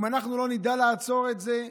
אם אנחנו לא נדע לעצור את זה,